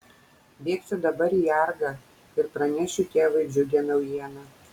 bėgsiu dabar į argą ir pranešiu tėvui džiugią naujieną